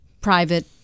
private